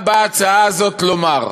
מה באה ההצעה הזאת לומר?